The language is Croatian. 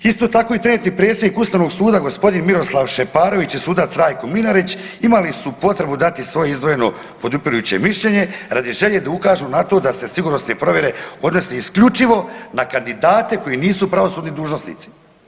Isto tako i trenutni predsjednik Ustavnog suda gospodin Miroslav Šeparović i sudac Rajko Mlinarić imali su potrebu dati svoje izdvojeno podupirujuće mišljenje radi želje da ukažu na to da se sigurnosne provjere odnose isključivo na kandidate koji nisu pravosudni dužnosnici.